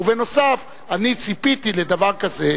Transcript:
ובנוסף אני ציפיתי לדבר כזה,